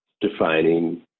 defining